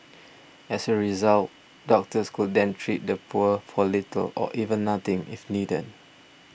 as a result doctors could then treat the poor for little or even nothing if needed